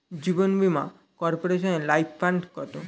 জীবন বীমা কর্পোরেশনের life fund কত?